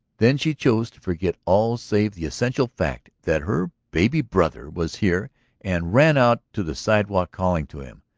then she chose to forget all save the essential fact that her baby brother was here and ran out to the sidewalk, calling to him.